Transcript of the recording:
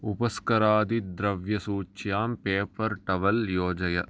उपस्क्करादिद्रव्यसूच्यां paper towel योजय